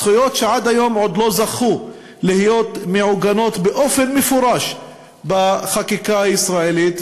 זכויות שעד היום לא זכו להיות מעוגנות באופן מפורש בחקיקה הישראלית.